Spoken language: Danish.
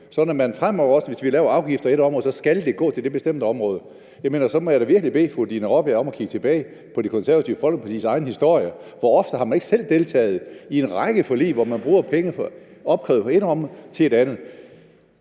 vi fremover laver afgifter på ét område, så skal det gå til det bestemte område? Jeg mener, at så må jeg da virkelig bede fru Dina Raabjerg om at kigge tilbage på Det Konservative Folkepartis egne historie: Hvor ofte har man ikke selv deltaget i en række forlig, hvor man bruger penge, der er opkrævet på ét område, til et andet